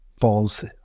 falls